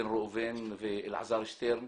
בן ראובן ואלעזר שטרן,